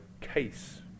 case